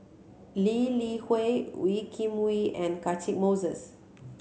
Lee Li Hui Wee Kim Wee and Catchick Moses